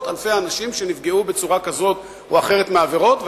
אלפי אנשים בשנה שנפגעו בצורה כזאת או אחרת מעבירות,